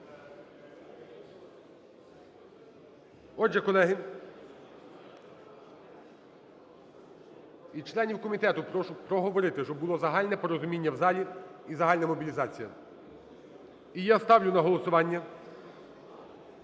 Отже, колеги, від членів комітету прошу проговорити, щоб було загальне порозуміння в залі і загальна мобілізація. І я ставлю на голосування